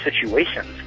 situations